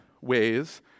ways